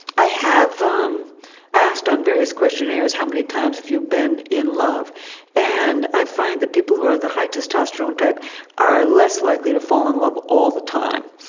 i have um asked on various guestionnaires how many times have you been in love and i find the people who are the high testosterone type are less likely to fall in love all the time.